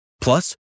Plus